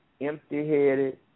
empty-headed